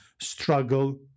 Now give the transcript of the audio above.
struggle